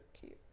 cute